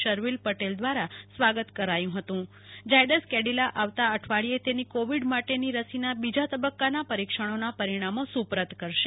શર્વીલ પટેલ દ્વારા સ્વાગત કરાયું હતું ઝાયડસ કેડીલા આવતા અઠવાડિયે તેની કોવિડ માટેની રસીના બીજા તબક્કાના પરિક્ષણોના પરિણામો સુ પરત કરશે